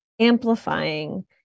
amplifying